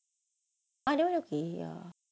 I don't okay ya